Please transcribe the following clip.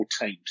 teams